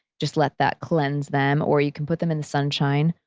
just let that cleanse them, or you can put them in the sunshine,